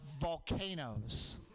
volcanoes